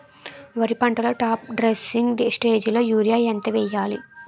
వరి పంటలో top dressing స్టేజిలో యూరియా ఎంత వెయ్యాలి?